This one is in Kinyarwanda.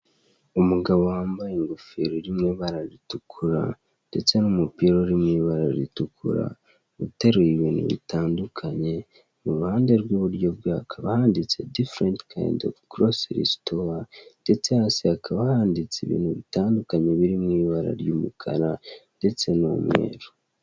Umugabo wambaye ingofero iri mu ibara ritukura, ndetse n'umupira uri mu ibara ritukura ,uteruye ibintu bitandukanye iruhande rw'iburyo rwe hakaba handitse diferenti kayindi ofu gorosari stowa ndetse hasi hakabahanditse ibintu bitandukanye biri mu ibara ry'umukara ndetse n'umweru.